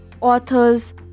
authors